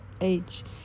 age